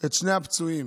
את שני הפצועים,